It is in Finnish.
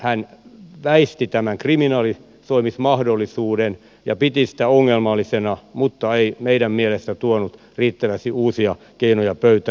hän väisti tämän kriminalisoimismahdollisuuden ja piti sitä ongelmallisena mutta ei meidän mielestämme tuonut riittävästi uusia keinoja pöytään